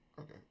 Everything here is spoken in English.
Okay